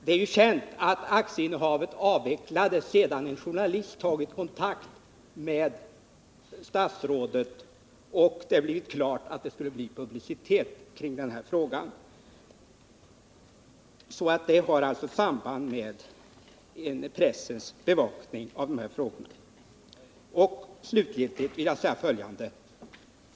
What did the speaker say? Det är ju känt att aktieinnehavet avvecklades sedan en journalist tagit kontakt med statsrådet och det blivit klart att det skulle bli publicitet kring denna sak. Det finns alltså ett samband med pressens bevakning av dessa frågor. Slutligen vill jag säga följande.